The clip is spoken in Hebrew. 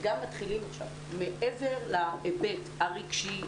מעבר להיבט הרגשי,